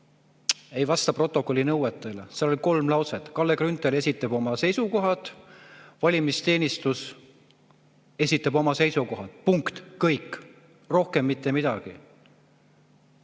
ei vasta protokolli nõuetele. Seal on kolm lauset. Kalle Grünthal esitab oma seisukohad. Valimisteenistus esitab oma seisukohad. Punkt, kõik! Rohkem mitte midagi.